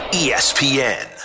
espn